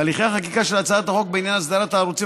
והליכי החקיקה של הצעת החוק בעניין אסדרת הערוצים